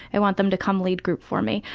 i want them to come lead group for me.